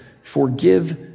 forgive